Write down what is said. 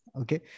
Okay